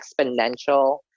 exponential